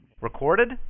Recorded